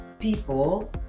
people